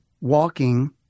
walking